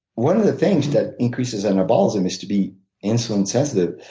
one of the things that increases in our balls in this to be insulin sensitive,